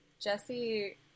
jesse